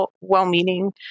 well-meaning